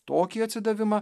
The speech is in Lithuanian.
tokį atsidavimą